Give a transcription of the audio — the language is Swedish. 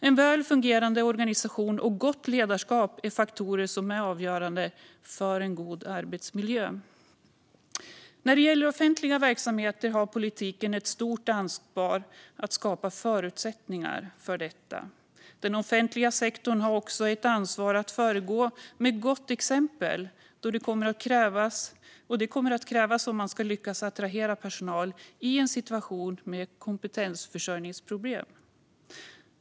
En väl fungerande organisation och gott ledarskap är faktorer som är avgörande för en god arbetsmiljö. När det gäller offentliga verksamheter har politiken ett stort ansvar att skapa förutsättningar för detta. Den offentliga sektorn har också ett ansvar att föregå med gott exempel. Det kommer att krävas om man ska lyckas attrahera personal i en situation med kompetensförsörjningsproblem.